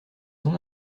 son